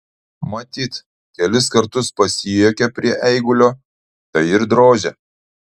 matyt kelis kartus pasijuokė prie eigulio tai ir drožė